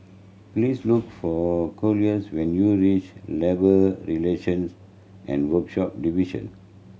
please look for Collis when you reach Labour Relations and Workshop Division